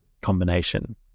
combination